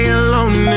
alone